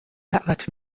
دعوت